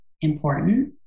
important